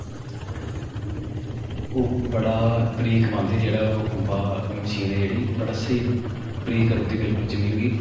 ओह् बड़ा बरीक बाह्ंदी जेह्ड़ा खुम्बा मशीन ऐ जेह्ड़ी बड़ा स्हेई बरीक करी ओड़दी जमीन गी